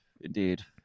indeed